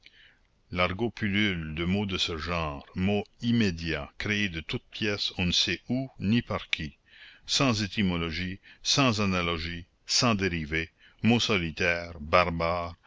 l'argot pullule de mots de ce genre mots immédiats créés de toute pièce on ne sait où ni par qui sans étymologies sans analogies sans dérivés mots solitaires barbares